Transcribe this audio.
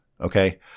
okay